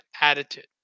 attitude